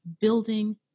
building